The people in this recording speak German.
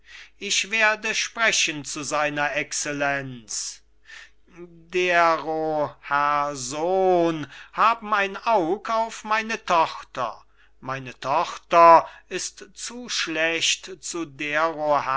ich werde sprechen zu seiner excellenz dero herr sohn haben ein aug auf meine tochter meine tochter ist zu schlecht zu dero